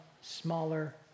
smaller